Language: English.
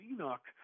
Enoch